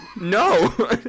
No